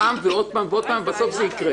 פעם ועוד פעם ועוד פעם, בסוף זה יקרה.